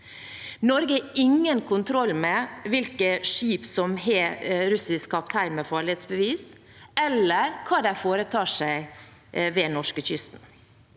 Norge har ingen kontroll med hvilke skip som har russisk kaptein med farledsbevis, eller med hva de foretar seg ved norskekysten.